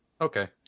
Okay